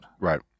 Right